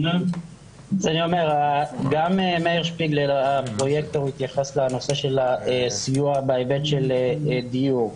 גם מאיר שפיגלר הפרויקטור התייחס לנושא של הסיוע בהיבט של דיור.